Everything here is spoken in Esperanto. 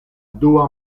dua